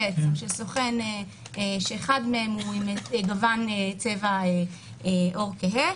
שאחד מהם עם גוון צבע כהה.